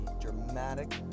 dramatic